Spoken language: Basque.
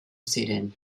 ziren